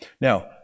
Now